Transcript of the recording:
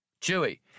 Chewie